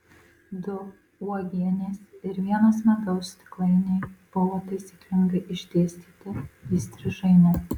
du uogienės ir vienas medaus stiklainiai buvo taisyklingai išdėstyti įstrižaine